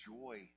joy